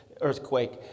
earthquake